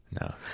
No